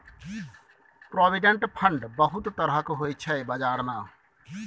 provident fund बहुत तरहक होइ छै बजार मे